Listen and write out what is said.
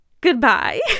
Goodbye